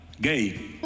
gay